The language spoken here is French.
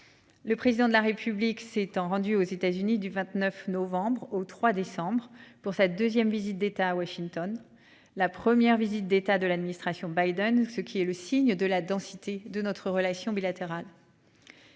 Le président de la République s'étant rendus aux États-Unis du 29 novembre au 3 décembre pour cette 2ème visite d'État à Washington la première visite d'État de l'administration Biden, ce qui est le signe de la densité de notre relation bilatérale.--